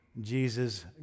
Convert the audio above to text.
Jesus